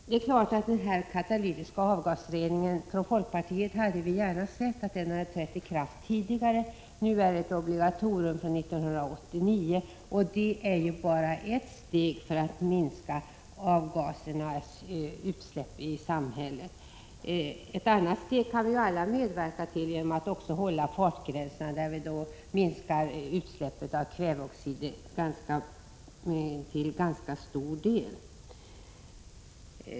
Från folkpartiets sida hade vi gärna sett att den katalytiska avgasreningen trätt i kraft tidigare. Nu är den ett obligatorium från 1979. Detta är bara ett steg för att minska avgasutsläppen i samhället. Något vi alla kan medverka till är att hålla fartgränserna, och då minskar utsläppen av kväveoxid i ganska stor omfattning.